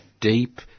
deep